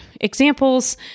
examples